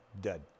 dead